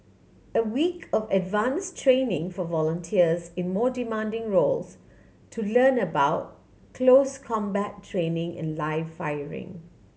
a week of advance training for volunteers in more demanding roles to learn about close combat training and live firing